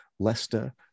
Leicester